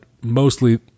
mostly